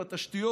הכנסת.